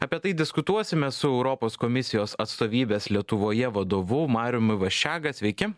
apie tai diskutuosime su europos komisijos atstovybės lietuvoje vadovu mariumi vaščega sveiki